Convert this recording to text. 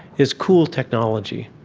is cool technology.